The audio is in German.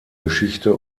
geschichte